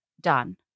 done